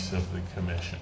says the commission